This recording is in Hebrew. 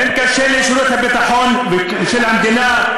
האם קשה לשירותי הביטחון של המדינה,